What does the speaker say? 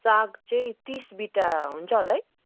साग चैँ तिस बिटा हुन्छ होलाई